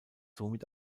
somit